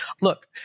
look